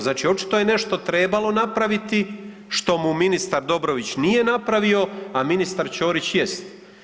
Znači očito je nešto trebalo napraviti što mu ministar Dobrović nije napravio, a ministar Ćorić jest.